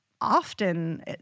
often